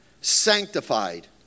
sanctified